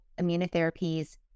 immunotherapies